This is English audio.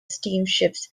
steamships